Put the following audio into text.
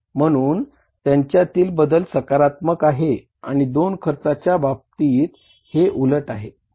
म्हणून त्यांच्यातील बदल सकारात्मक आहे आणि दोन खर्चाच्या बाबतीत हे उलट आहे